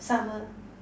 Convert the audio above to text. summer